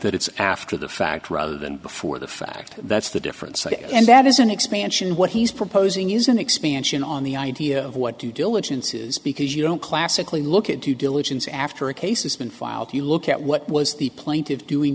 that it's after the fact rather than before the fact that's the difference and that is an expansion what he's proposing is an expansion on the idea of what due diligence is because you don't classically look at do diligence after a case has been filed you look at what was the plaintive doing